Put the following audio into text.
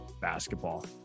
basketball